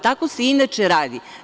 Tako se inače radi.